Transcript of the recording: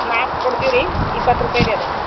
ನಾಲ್ಕು ಕೊಡ್ತೀವಿ ರೀ ಇಪ್ಪತ್ತು ರೂಪಾಯಿ ರೀ ಅದು